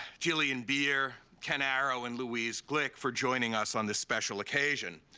gillian beer, ken arrow, and louise gluck for joining us on this special occasion.